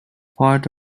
part